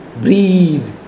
breathe